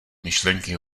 myšlenky